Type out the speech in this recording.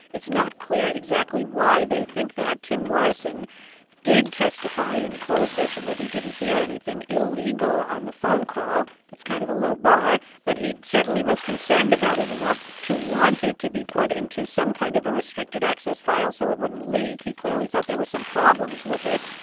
it's not clear exactly why they think that. tim morrison did testify in closed session that he didn't hear anything illegal on the phone call. that's kind of a low bar. but he certainly was concerned about it enough to want to be put into some kind of a restricted access file so it wouldn't leak. he clearly thought there were some problems with it.